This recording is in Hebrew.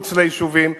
מחוץ ליישובים,